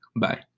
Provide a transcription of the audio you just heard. bye